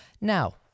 Now